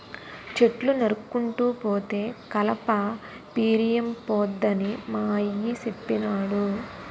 చెట్లు నరుక్కుంటూ పోతే కలప పిరియంపోద్దని మా అయ్య సెప్పినాడు